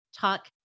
talk